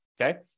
okay